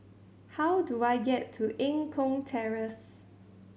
how do I get to Eng Kong Terrace